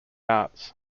arts